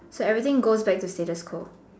so everything goes back to status quo